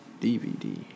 DVD